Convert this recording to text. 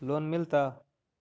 Loan मिलता?